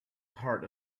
part